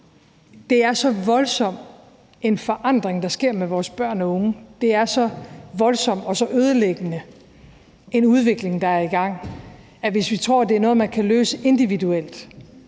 det er så voldsom en forandring, der sker med vores børn og unge; det er så voldsomt og så ødelæggende en udvikling, der er i gang. Hvis vi tror, det er noget, man kan løse individuelt